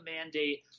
mandate